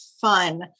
fun